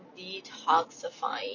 detoxifying